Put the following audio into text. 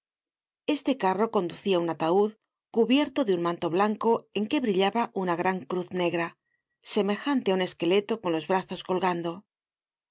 este carro conducia un ataud cubierto de un manto blanco en que brillaba una gran cruz negra semejante á un esqueleto con los brazos colgando un